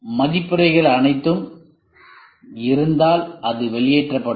ம்மதிப்புரைகள் அனைத்தும் இருந்தால் அது வெளியேற்றப்படும்